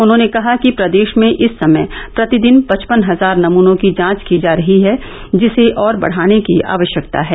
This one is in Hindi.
उन्होंने कहा कि प्रदेश में इस समय प्रतिदिन पचपन हजार नमुनों की जांच की जा रही है जिसे और बढ़ाने की आवश्यकता है